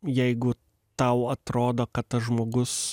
jeigu tau atrodo kad tas žmogus